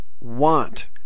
want